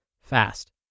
fast